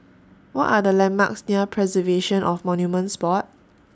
What Are The landmarks near Preservation of Monuments Board